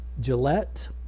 Gillette